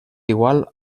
igual